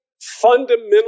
fundamentally